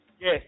Yes